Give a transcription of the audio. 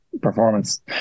performance